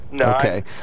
Okay